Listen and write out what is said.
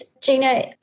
Gina